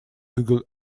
google